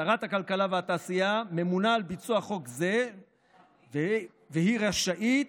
שרת הכלכלה והתעשייה ממונה על ביצוע חוק זה והיא רשאית,